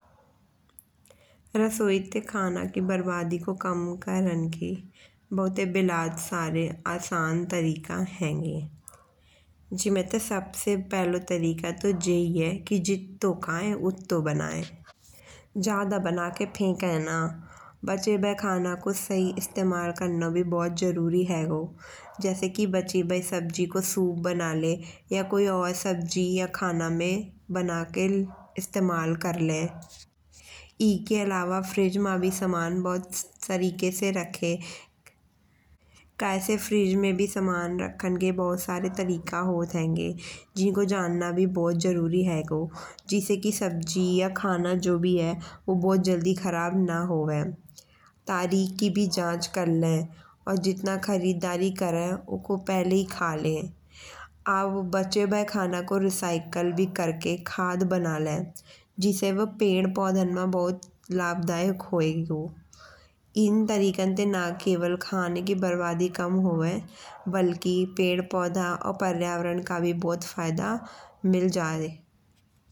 रसोई ते खाना की बर्वादी को कम करन ते बहुताई बिलात सारे आसान तरीका हेंगे। जिमे से सबसे पहलो तरीका तो जई ही है की जित्तो खाये उत्तो बनाय। ज्यादा बना के फेके ना। बचे भाए खाना को सही इस्तेमाल करवो भी बहुत जरुरी हेगो। जैसी कि बची भाई सबजी को सूप बना ले। या कोई और सबजी या खाना में बना के इस्तेमाल करले। इके अलावा फ्रिज मा भी सामान बहुत तरीके से रखे। कय से फ्रिज में भी सामान रखन के बहुत सारे तरीका होत हेंगे। जिको जान्ना भी बहुत जरुरी हेगो। जिसे कि सबजी या खाना जो भी है वो बहुत जल्दी खराब ना होवे। तारीख की भी जांच करले। और जितना खरिद्दारी करे उको पहले ही खाले। और बचे भाए खाना को रिसायकल करके खाद बना ले। जिसे बो पेड़ पौधन मा बहुत लाभदायक होएगो। एन तरिकन ते ना केवल खान की बर्वादी कम होये। बल्कि पेड़ पौधा और पर्यावरण का भी बहुत फायदा मिल जाये।